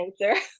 answer